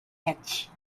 hatch